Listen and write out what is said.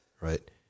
right